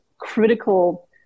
critical